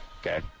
Okay